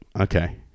Okay